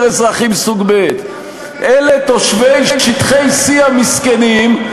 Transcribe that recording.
אזרחים סוג ב' אלה תושבי שטחי C המסכנים,